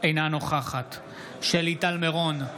אינה נוכחת שלי טל מירון,